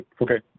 Okay